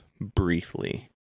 briefly